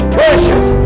precious